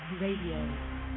Radio